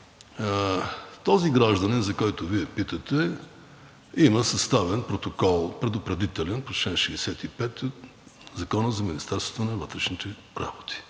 този гражданин, за който Вие питате, има съставен предупредителен протокол по чл. 65 от Закона за Министерството на вътрешните работи.